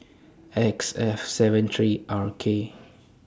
X F seven three R K